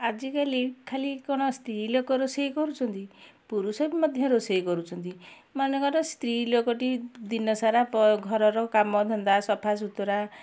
ଆଜିକାଲି ଖାଲି କ'ଣ ସ୍ତ୍ରୀ ଲୋକ ରୋଷେଇ କରୁଛନ୍ତି ପୁରୁଷ ବି ମଧ୍ୟ ରୋଷେଇ କରୁଛନ୍ତି ମନେକର ସ୍ତ୍ରୀ ଲୋକଟି ଦିନ ସାରା ଘରର କାମଧନ୍ଦା ସଫାସୁତୁରା